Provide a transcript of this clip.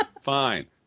Fine